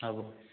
হ'ব